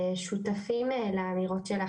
אנחנו שותפים לאמירות של,